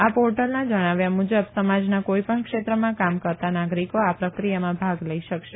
આ પોર્ટલના જણાવ્યા મુજબ સમાજના કોઈપણ ક્ષેત્રમાં કામ કરતા નાગરિકો આ પ્રક્રિયામાં ભાગ લઈ શકશે